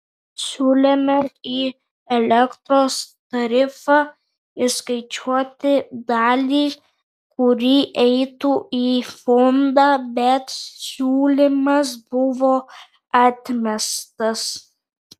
siūlėme į elektros tarifą įskaičiuoti dalį kuri eitų į fondą bet siūlymas buvo atmestas